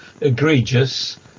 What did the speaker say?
egregious